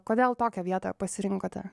kodėl tokią vietą pasirinkote